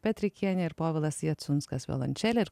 petrikienė ir povilas jacunskas violončelė ir